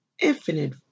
infinite